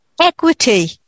equity